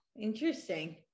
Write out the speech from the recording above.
interesting